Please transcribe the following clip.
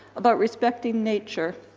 about respecting nature,